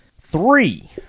Three